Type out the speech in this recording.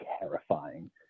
terrifying